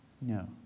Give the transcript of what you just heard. No